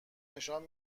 نشان